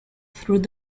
through